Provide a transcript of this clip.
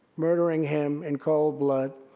murdering him in cold blood.